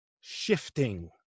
shifting